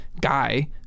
guy